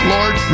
Lord